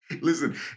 Listen